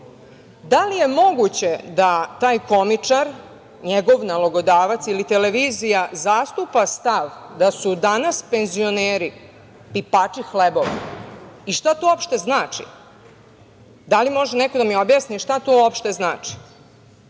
Da li je moguće da taj komičar, njegov nalogodavac ili televizija zastupa stav da su danas penzioneri pipači hlebova? I šta to uopšte znači? Da li može neko da mi objasni šta to uopšte znači